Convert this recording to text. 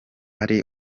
ari